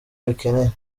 bikeneye